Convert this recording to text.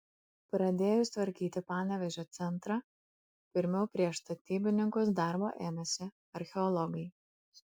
pradėjus tvarkyti panevėžio centrą pirmiau prieš statybininkus darbo ėmėsi archeologai